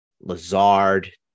Lazard